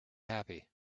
happy